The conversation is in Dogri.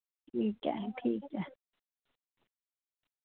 ठीक ऐ ठीक ऐ